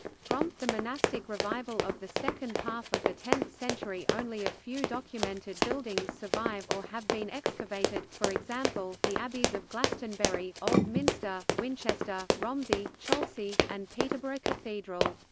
from, the monastic revival of the second half of the tenth century only a few documented buildings survive or have been excavated, for example the abbeys of glastonbury old minster, winchester romsey cholsey and peterborough cathedral.